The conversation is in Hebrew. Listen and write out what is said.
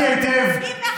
גברתי, אני הבנתי היטב.